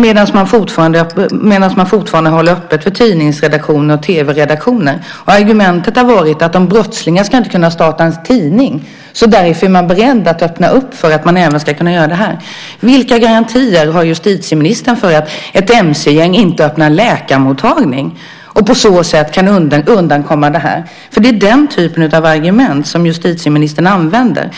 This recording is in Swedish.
medan man fortfarande håller öppet för tidningsredaktioner och tv-redaktioner. Argumentet har varit att brottslingar inte ska kunna starta en tidning, och därför är man beredd att öppna för att även kunna bugga där. Vilka garantier har justitieministern för att ett mc-gäng inte öppnar en läkarmottagning och på så sätt kan undkomma detta? Det är den typen av argument som justitieministern använder.